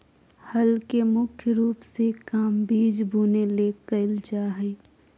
हल के मुख्य रूप से काम बिज बुने ले कयल जा हइ